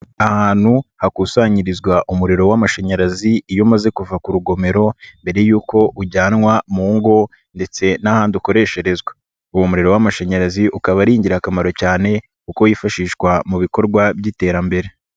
Ahantu hakusanyirizwa umuriro w'amashanyarazi iyo umaze kuva ku rugomero mbere y'uko ujyanwa mu ngo ndetse n'ahandi ukoresherezwa, uwo umuro w'amashanyarazi ukaba ari ingirakamaro cyane kuko wifashishwa mu bikorwa by'iterambere.